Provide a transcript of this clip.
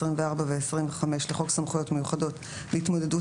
24 ו-25 לחוק סמכויות מיוחדות להתמודדות